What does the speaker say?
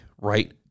right